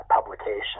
publication